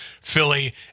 Philly